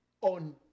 on